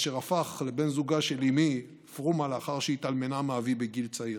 אשר הפך לבן זוגה של אימי פרומה לאחר שהתאלמנה מאבי בגיל צעיר.